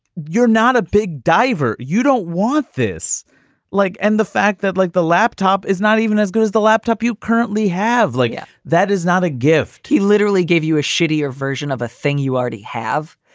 you're not a big diver. you don't want this leg. like and the fact that, like the laptop is not even as good as the laptop you currently have like yeah that is not a gift. he literally gave you a shittier version of a thing you already have.